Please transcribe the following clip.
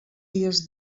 dies